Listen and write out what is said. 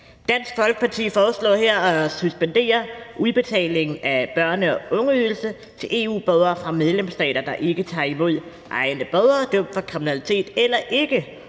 Dansk Folkeparti foreslår her at suspendere udbetalingen af børne- og ungeydelse til EU-borgere fra medlemsstater, der ikke tager imod egne borgere dømt for kriminalitet eller ikke